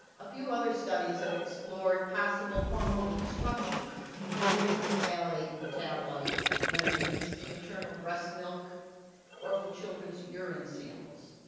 a few other studies have explored possible hormonal disruption using phthalate metabolite measurements in maternal breast milk or from children's urine samples.